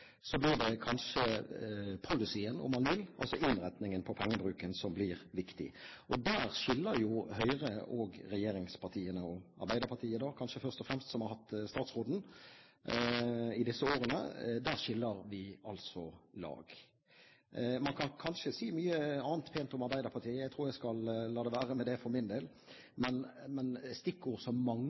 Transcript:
Så er det kanskje viktigere å få fram forskjellen i tenkningen. Når man er enige om å bruke mye penger, og mer penger over tid, blir det kanskje innretningen på pengebruken – policyen om man vil – som blir viktig. Der skiller Høyre og regjeringspartiene – kanskje først og fremst Arbeiderpartiet som har hatt statsråden i disse årene – lag. Man kan kanskje si mye annet pent om Arbeiderpartiet, jeg tror jeg skal la det være med det